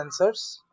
sensors